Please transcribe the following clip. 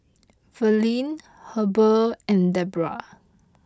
Verlie Heber and Debra